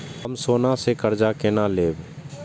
हम सोना से कर्जा केना लैब?